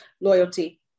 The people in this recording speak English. Loyalty